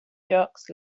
jocks